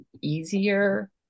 easier